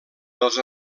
dels